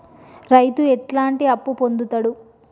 రైతు ఎట్లాంటి అప్పు పొందుతడు?